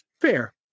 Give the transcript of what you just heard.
fair